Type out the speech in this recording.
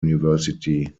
university